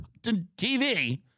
TV